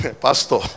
Pastor